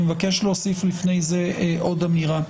אני מבקש להוסיף לפני זה עוד אמירה.